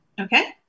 Okay